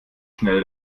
schnell